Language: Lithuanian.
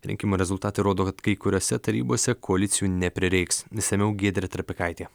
rinkimų rezultatai rodo kad kai kuriose tarybose koalicijų neprireiks išsamiau giedrė trapikaitė